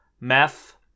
meth